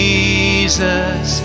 Jesus